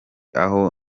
aho